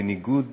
בניגוד